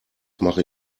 mache